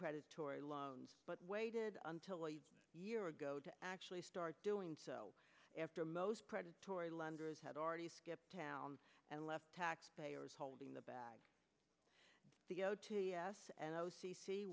predatory loans but waited until a year ago to actually start doing so after most predatory lenders had already skipped town and left taxpayers holding the bag the o t s and o